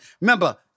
Remember